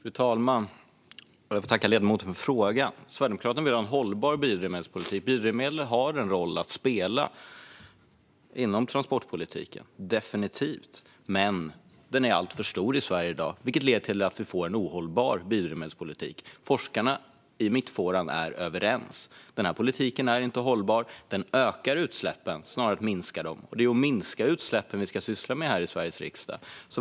Fru talman! Jag får tacka ledamoten för frågan. Sverigedemokraterna vill ha en hållbar biodrivmedelspolitik. Biodrivmedel har definitivt en roll att spela inom transportpolitiken, men den rollen är alltför stor i Sverige i dag, vilket leder till att vi får en ohållbar biodrivmedelspolitik. Forskarna i mittfåran är överens: Den här politiken är inte hållbar. Den ökar utsläppen snarare än minskar dem, och det är att minska utsläppen vi ska syssla med här i Sveriges riksdag.